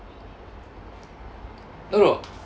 no no